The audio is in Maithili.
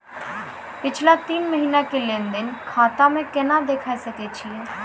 पिछला तीन महिना के लेंन देंन खाता मे केना देखे सकय छियै?